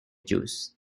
juice